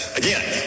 again